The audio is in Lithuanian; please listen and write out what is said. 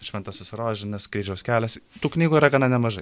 šventasis rožinis kryžiaus kelias tų knygų yra gana nemažai